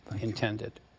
Intended